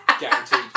Guaranteed